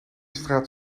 straat